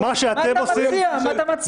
מה שאתם עושים --- מה אתה מציע?